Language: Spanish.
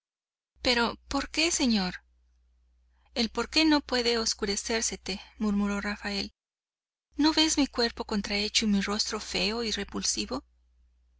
pero por qué señor el por qué no puede oscurecérsete murmuró rafael no ves mi cuerpo contrahecho y mi rostro feo y repulsivo